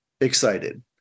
excited